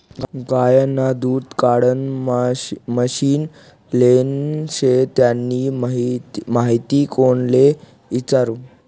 गायनं दूध काढानं मशीन लेनं शे त्यानी माहिती कोणले इचारु?